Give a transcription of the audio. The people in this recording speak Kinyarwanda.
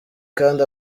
kandi